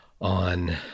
on